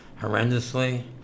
horrendously